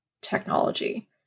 technology